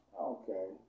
Okay